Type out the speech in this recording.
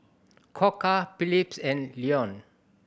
Koka Philips and Lion